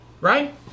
Right